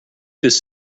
this